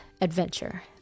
adventure